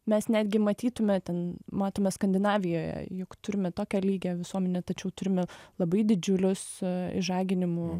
mes netgi matytume ten matome skandinavijoje juk turime tokią lygią visuomenę tačiau turime labai didžiulius išžaginimų